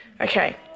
Okay